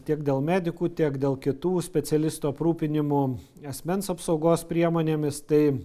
tiek dėl medikų tiek dėl kitų specialistų aprūpinimu asmens apsaugos priemonėmis tai